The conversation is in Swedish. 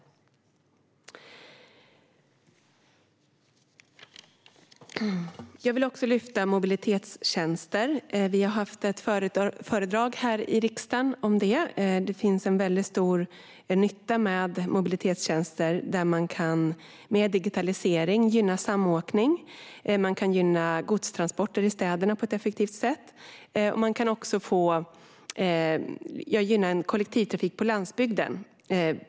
Jag vill också lyfta upp frågan om mobilitetstjänster. Vi har haft ett föredrag här i riksdagen om det. Det finns en väldigt stor nytta med mobilitetstjänster där man med digitalisering kan gynna samåkning, godstransporter i städerna och kollektivtrafik på landsbygden.